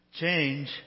Change